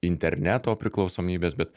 interneto priklausomybės bet